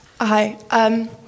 Hi